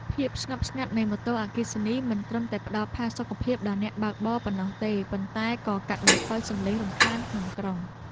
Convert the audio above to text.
ភាពស្ងប់ស្ងាត់នៃម៉ូតូអគ្គិសនីមិនត្រឹមតែផ្តល់ផាសុកភាពដល់អ្នកបើកបរប៉ុណ្ណោះទេប៉ុន្តែក៏កាត់បន្ថយសំឡេងរំខានក្នុងក្រុង។